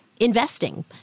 investing